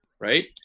Right